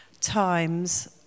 times